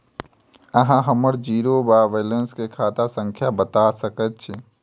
अहाँ हम्मर जीरो वा बैलेंस केँ खाता संख्या बता सकैत छी?